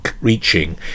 reaching